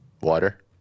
water